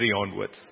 onwards